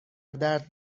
درد